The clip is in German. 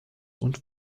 und